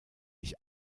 ich